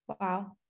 Wow